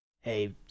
Hey